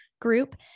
group